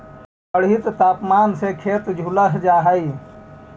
बढ़ित तापमान से खेत झुलस जा हई